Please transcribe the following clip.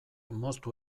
moztu